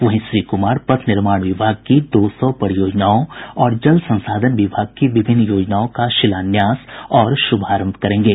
वहीं श्री कुमार पथ निर्माण विभाग की दो सौ परियोजनाओं और जल संसाधन विभाग की विभिन्न योजनाओं का शिलान्यास और शुभारंभ करेंगे